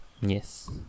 Yes